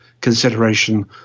consideration